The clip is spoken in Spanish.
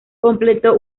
completó